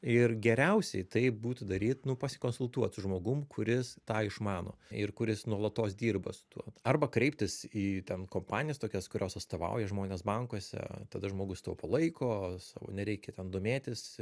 ir geriausiai tai būtų daryt nu pasikonsultuot su žmogum kuris tą išmano ir kuris nuolatos dirba su tuo arba kreiptis į ten kompanijas tokias kurios atstovauja žmones bankuose tada žmogus sutaupo laiko savo nereikia ten domėtis